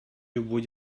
любой